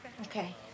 Okay